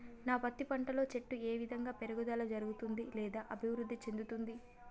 నా పత్తి పంట లో చెట్టు ఏ విధంగా పెరుగుదల జరుగుతుంది లేదా అభివృద్ధి చెందుతుంది?